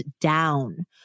down